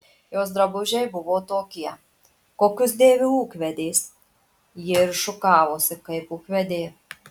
jos drabužiai buvo tokie kokius dėvi ūkvedės ji ir šukavosi kaip ūkvedė